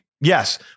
Yes